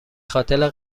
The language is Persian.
خاطر